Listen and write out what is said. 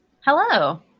Hello